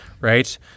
Right